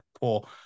poor